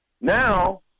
Now